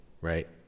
right